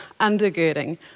undergirding